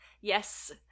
yes